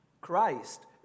Christ